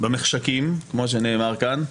במחשכים כמו שנאמר כאן,